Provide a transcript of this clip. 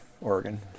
Oregon